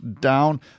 down